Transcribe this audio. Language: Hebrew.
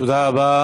תודה רבה.